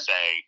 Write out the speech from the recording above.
say